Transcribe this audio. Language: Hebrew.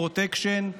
פרוטקשן,